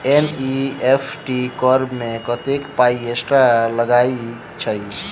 NEFT करऽ मे कत्तेक पाई एक्स्ट्रा लागई छई?